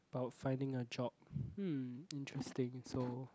about finding a job hmm interesting so